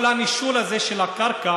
כל הנישול הזה של הקרקע,